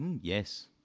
Yes